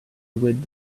would